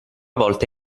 volta